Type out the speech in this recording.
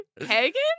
Pagan